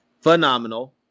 phenomenal